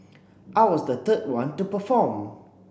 I was the the one to perform